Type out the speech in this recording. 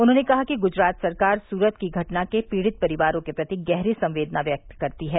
उन्होंने कहा कि गुजरात सरकार सूरत की घटना के पीडित परिवारों के प्रति गहरी संवेदना व्यक्त करती है